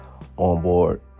onboard